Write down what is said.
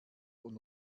und